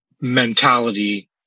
mentality